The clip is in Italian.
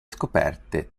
scoperte